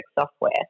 software